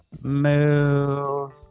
move